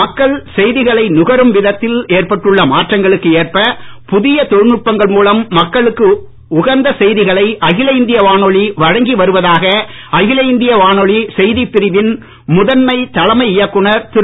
மக்கள் செய்திகளை நுகரும் விதத்தில் ஏற்பட்டுள்ள மாற்றங்களுக்கு ஏற்ப புதிய தொழில்நுட்பங்கள் மூலம் மக்களுக்கு உகந்த செய்திகளை அகில இந்திய வானொலி வழங்கி வருவதாக அகில இந்திய வானொலி செய்திப் பிரிவின் தலைமை இயக்குநர் திரு